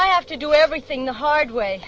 i have to do everything the hard way